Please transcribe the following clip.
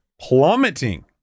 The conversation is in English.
plummeting